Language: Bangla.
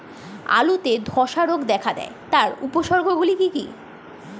আলুতে ধ্বসা রোগ দেখা দেয় তার উপসর্গগুলি কি কি?